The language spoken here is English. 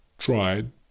tried